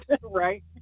right